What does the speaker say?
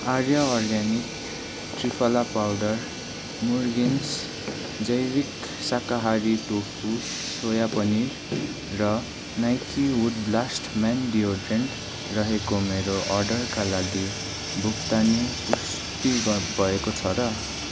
आर्य organic triphala powder मुर्गिन्स जैविक शाकाहारी टोफू सोया पनिर र Nike wood blast man deodorant रहेको मेरो अर्डरका लागि भुक्तानी पुष्टि भएको छ र